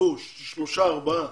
ישבו שלושה-ארבעה